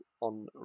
on